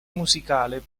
musicale